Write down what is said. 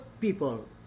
people